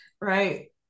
right